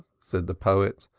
said the poet,